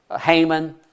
Haman